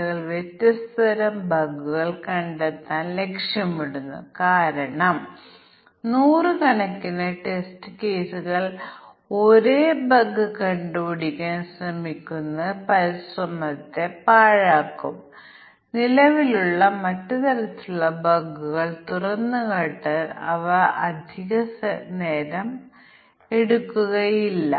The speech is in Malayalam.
എന്നാൽ രണ്ട് അതിരുകൾക്കും ചില മൂല്യങ്ങളുടെ ചില പ്രത്യേക കോമ്പിനേഷനുകൾ ഉള്ളപ്പോൾ പിശക് സംഭവിക്കുന്ന ഒരു സാഹചര്യം സാധ്യമാണെങ്കിൽ 2 പാരാമീറ്ററുകളുടെ വ്യത്യസ്ത പ്രത്യേക മൂല്യങ്ങൾ തമ്മിലുള്ള സാധ്യമായ എല്ലാ കോമ്പിനേഷനുകളും ഞങ്ങൾ പരിഗണിക്കേണ്ടതുണ്ട്